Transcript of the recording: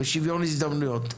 בשוויון הזדמנויות.